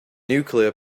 nuclear